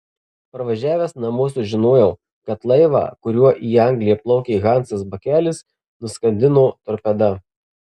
parvažiavęs namo sužinojau kad laivą kuriuo į angliją plaukė hansas bakelis nuskandino torpeda